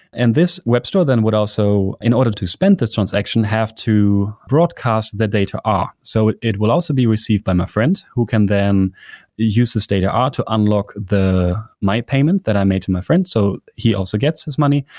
and this web store then would also, in order to spend this transaction, have to broadcast the data r. so it it will also be received by my friend who can then use this data r to unlock my payment that i made to my friend so he also gets his money,